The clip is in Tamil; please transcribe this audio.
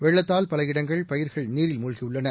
வெள்ளத்தால் பல இடங்கள் பயிர்கள் நீரில் மூழ்கியுள்ளன